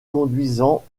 conduisant